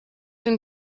den